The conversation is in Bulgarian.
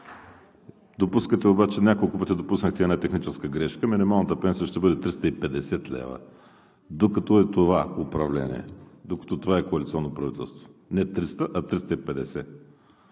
господин Сиди. Няколко пъти обаче допуснахте една техническа грешка – минималната пенсия ще бъде 350 лв., докато е това управление, докато е това коалиционно правителство! Не 300, а 350.